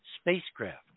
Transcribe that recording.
spacecraft